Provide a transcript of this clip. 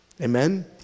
amen